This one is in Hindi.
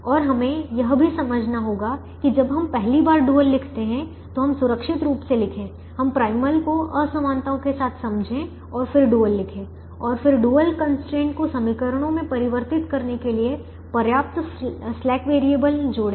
और हमें यह भी समझना होगा कि जब हम पहली बार डुअल लिखते हैं तो हम सुरक्षित रूप से लिखें हम प्राइमल को असमानताओं के साथ समझे और फिर डुअल लिखें और फिर डुअल कंस्ट्रेंट को समीकरणों में परिवर्तित करने के लिए पर्याप्त स्लैक वैरिएबल जोड़े